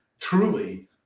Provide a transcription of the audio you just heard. Truly